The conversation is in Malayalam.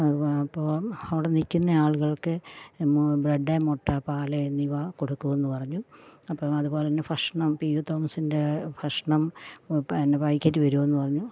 അത് അപ്പോൾ അവിടെ നിൽക്കുന്ന ആളുകൾക്ക് ബ്രഡ് മുട്ട പാൽ എന്നിവ കൊടുക്കും എന്ന് പറഞ്ഞു അപ്പോൾ അതുപോലെ തന്നെ ഭക്ഷണം പി യു തോമസിൻറെ ഭക്ഷണം പിന്നെ പാക്കറ്റ് വരുമെന്ന് പറഞ്ഞു